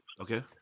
Okay